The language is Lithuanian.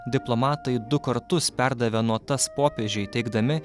diplomatai du kartus perdavė notas popiežiui teigdami